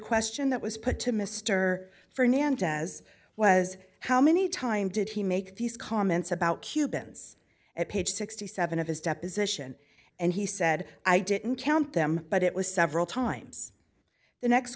question that was put to mr fernandez was how many times did he make these comments about cubans at page sixty seven of his deposition and he said i didn't count them but it was several times the next